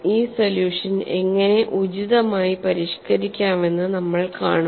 ഈ സൊല്യൂഷൻ എങ്ങനെ ഉചിതമായി പരിഷ്കരിക്കാമെന്ന് നമ്മൾ കാണും